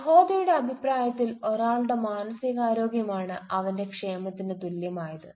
ജഹോദയുടെ അഭിപ്രായത്തിൽ ഒരാളുടെ മാനസികാരോഗ്യമാണ് അവന്റെ ക്ഷേമത്തിന് തുല്യമായത്